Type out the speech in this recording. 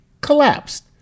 collapsed